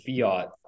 fiat